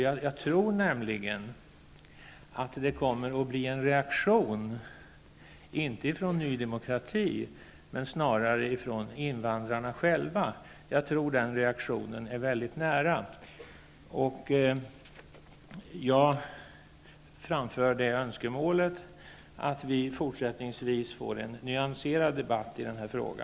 Jag tror nämligen att det kommer en reaktion, inte från Ny Demokrati utan snarare från invandrarna själva, och att den reaktionen är mycket nära förestående. Jag framför det önskemålet att vi fortsättningsvis får en nyanserad debatt i denna fråga.